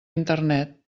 internet